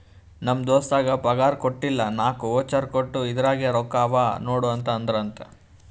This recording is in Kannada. ನಮ್ ದೋಸ್ತಗ್ ಪಗಾರ್ ಕೊಟ್ಟಿಲ್ಲ ನಾಕ್ ವೋಚರ್ ಕೊಟ್ಟು ಇದುರಾಗೆ ರೊಕ್ಕಾ ಅವಾ ನೋಡು ಅಂದ್ರಂತ